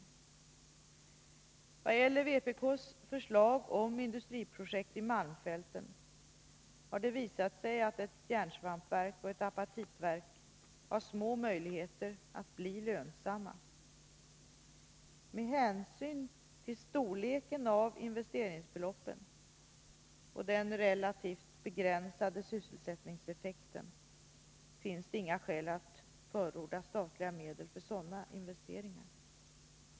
I vad gäller vpk:s förslag om industriprojekt i malmfälten har det visat sig att ett järnsvampsverk och ett apatitverk har små möjligheter att bli lönsamma. Med hänsyn till storleken av investeringsbeloppen och den relativt begränsade sysselsättningseffekten finns det inga skäl att förorda statliga medel för sådana investeringar.